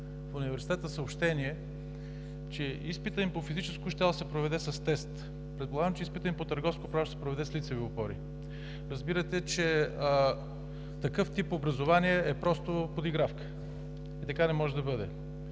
в университета съобщение, че изпитът им по физическо щял да се проведе с тест. Предполагам, че изпитът им по търговско право ще се проведе с лицеви опори. Разбирате, че такъв тип образование е просто подигравка. И така не може да бъде.